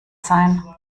sein